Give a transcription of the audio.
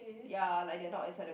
ya like they are not inside the